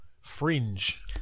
Fringe